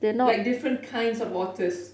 like different kinds of otters